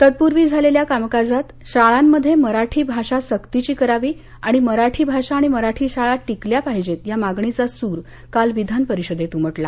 तत्पूर्वी झालेल्या कामकाजात शाळांमध्ये मराठी भाषा सक्तीची करावी आणि मराठी भाषा आणि मराठी शाळा टिकल्या पाहिजेत या मागणीचा सुर काल विधानपरिषदेत उमटला